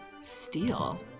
steal